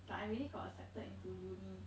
it's like I already got accepted into uni